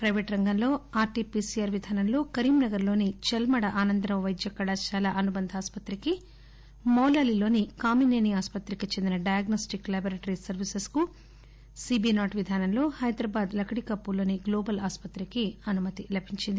private వైద్యంలో RT PCR విధానంలో కరీంనగర్లోని చెల్మడ ఆనందరావు పైద్యకళాశాల అనుబంధ ఆసుపత్రికి మౌలాలీలోని కామిసేని ఆసుపత్రికి చెందిన డయాగ్పొస్లిక్ ల్యాబొరేటరీ సర్వీసెస్కు సీబీ నాట్ విధానంలో హైదరాబాద్ లక్లీకాపూల్లోని గ్లోబల్ ఆసుపత్రికి అనుమతి లభించింది